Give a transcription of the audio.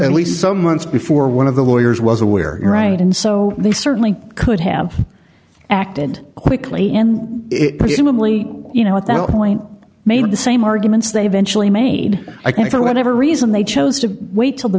at least some months before one of the lawyers was aware you're right and so they certainly could have acted quickly and it presumably you know at that point made the same arguments they eventually made i think for whatever reason they chose to wait till the